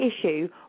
issue